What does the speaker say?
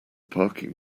parking